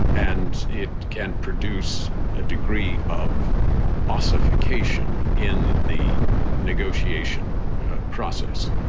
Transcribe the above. and it can produce a degree of ossification in the negotiation process.